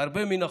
הרבה מן החושך.